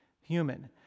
human